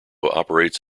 operates